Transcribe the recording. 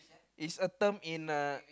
is a term in uh